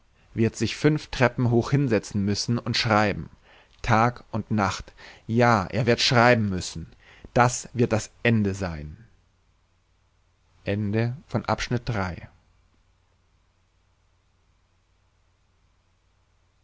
wird sich fünf treppen hoch hinsetzen müssen und schreiben tag und nacht ja er wird schreiben müssen das wird das ende sein